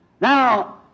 Now